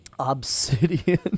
obsidian